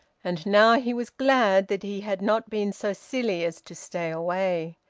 and now he was glad that he had not been so silly as to stay away.